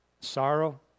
sorrow